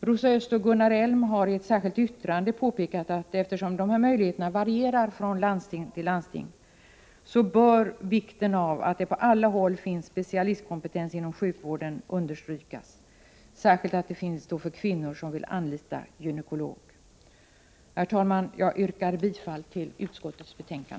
Rosa Östh och Gunnar Elm har i ett särskilt yttrande påpekat att eftersom de här möjligheterna varierar från landsting till landsting bör vikten av att det på alla håll finns specialistkompetens inom sjukvården understrykas — särskilt att det finns sådan kompetens när det gäller kvinnor som vill anlita gynekolog. Jag yrkar bifall till utskottets hemställan.